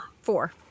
Four